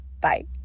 Bye